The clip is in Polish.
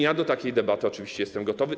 Ja do takiej debaty oczywiście jestem gotowy.